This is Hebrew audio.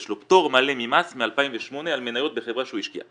יש לו פטור מלא ממס מ-2008 על מניות בחברה שהוא השקיע.